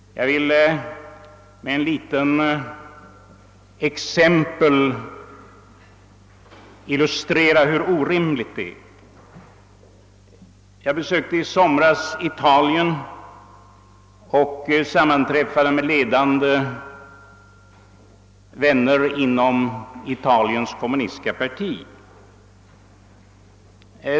Jag vill med ett litet exempel illustrera hur orimligt det är. Jag besökte i somras Italien och sammanträffade med ledande vänner inom Italiens kommunistiska parti.